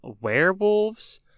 Werewolves